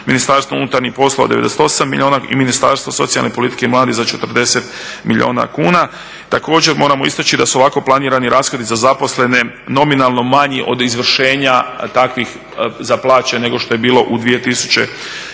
Ministarstvo unutarnjih poslova 98 milijuna i Ministarstvo socijalne politike i mladih za 40 milijuna kuna. Također moramo istaći da su ovako planirani rashodi za zaposlene nominalno manji od izvršenja takvih za plaće nego što je bilo u 2013.